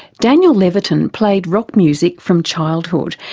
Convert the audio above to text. daniel levitin played rock music from childhood,